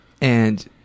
And-